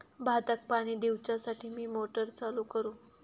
भाताक पाणी दिवच्यासाठी मी मोटर चालू करू?